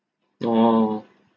orh